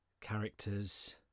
characters